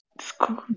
School